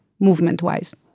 movement-wise